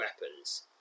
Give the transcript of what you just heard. weapons